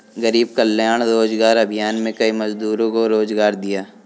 गरीब कल्याण रोजगार अभियान में कई मजदूरों को रोजगार दिया